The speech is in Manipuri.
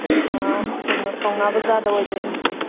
ꯑꯥ ꯀꯩꯅꯣ ꯄꯧꯅꯥ ꯕꯖꯥꯔꯗ ꯑꯣꯏꯗꯣꯏꯅꯤ